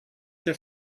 hier